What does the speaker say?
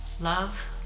Love